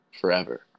forever